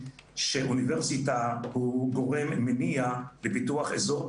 שאוניברסיטה היא גורם מניע לפיתוח אזור,